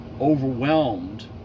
overwhelmed